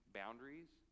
boundaries